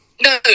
No